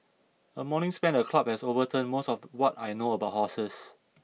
a morning spent at the club has overturned most of what I know about horses